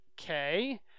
okay